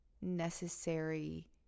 necessary